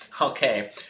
Okay